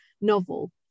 novel